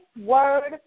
word